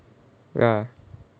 ya